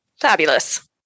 Fabulous